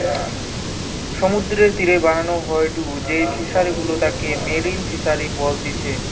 সমুদ্রের তীরে বানানো হয়ঢু যেই ফিশারি গুলা তাকে মেরিন ফিসারী বলতিচ্ছে